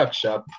shop